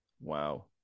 wow